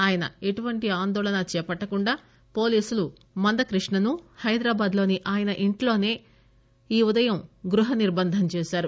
ఆయన ఎటువంటి ఆందోళన చేపట్టకుండా పోలీసులు మందక్రిష్ణను హైదరాబాద్ లోని ఆయన ఇంటిలోనే ఈ ఉదయం గ్రుహ నిర్బంధం చేశారు